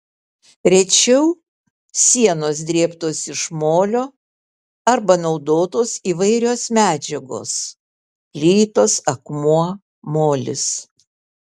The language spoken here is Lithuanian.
rečiau sienos drėbtos iš molio arba naudotos įvairios medžiagos plytos akmuo molis